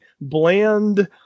bland